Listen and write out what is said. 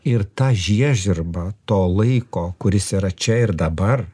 ir ta žiežirba to laiko kuris yra čia ir dabar